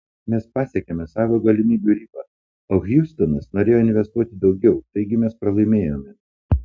mes pasiekėme savo galimybių ribą o hjustonas norėjo investuoti daugiau taigi mes pralaimėjome